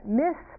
miss